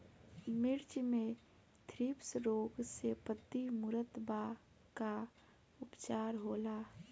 मिर्च मे थ्रिप्स रोग से पत्ती मूरत बा का उपचार होला?